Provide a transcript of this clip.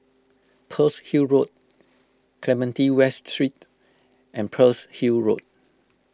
Pearl's Hill Road Clementi West Street and Pearl's Hill Road